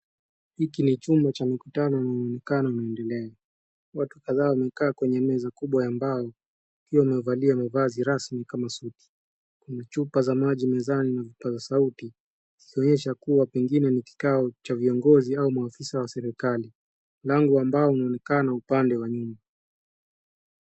Hiki ni chumba cha mkutano na unaonekana unaendelea .Watu kadhaa wamekaa kwenye meza kubwa ya mbao wakiwa wamevalia mavazi rasmi kama suti. Kuna chupa za maji mezani na vipasa sauti ikionyesha kuwa pengine ni kikao cha viongozi au maafisa wa serikali. Mlango wa mbao unaonekana upande wa nyuma.